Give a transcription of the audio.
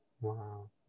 Wow